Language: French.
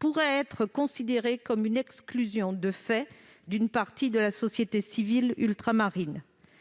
pourrait être considérée comme une exclusion de fait d'une partie de la société civile ultramarine.